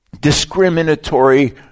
discriminatory